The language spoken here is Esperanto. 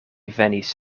venis